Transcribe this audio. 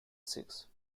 sikhs